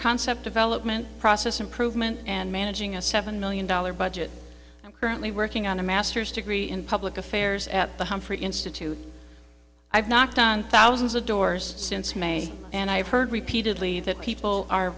concept of element process improvement and managing a seven million dollars budget i'm currently working on a master's degree in public affairs at the humphrey institute i've knocked on thousands of doors since may and i've heard repeatedly that people are